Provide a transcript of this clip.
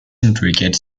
intricate